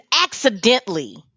accidentally